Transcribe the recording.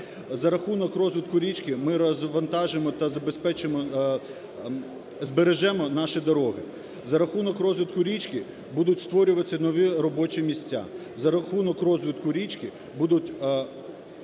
За рахунок розвитку річки ми розвантажимо та забезпечимо, збережемо наші дороги. За рахунок розвитку річки будуть створюватися нові робочі місця. За рахунок розвитку річки будуть